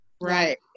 Right